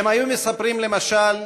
הם היו מספרים, למשל,